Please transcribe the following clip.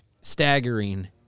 staggering